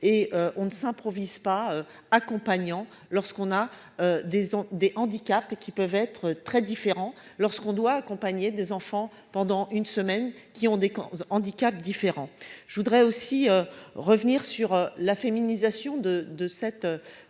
et on ne s'improvise pas accompagnant lorsqu'on a des ondées handicaps et qui peuvent être très différents. Lorsqu'on doit accompagner des enfants pendant une semaine, qui ont des handicaps différents. Je voudrais aussi revenir sur la féminisation de de cette